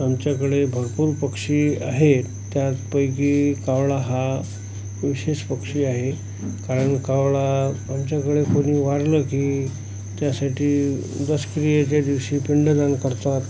आमच्याकडे भरपूर पक्षी आहे त्यापैकी कावळा हा विशेष पक्षी आहे कारण कावळा आमच्याकडे कोणी वारलं की त्यासाठी दशक्रियेच्या दिवशी पिंडदान करतात